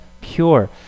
pure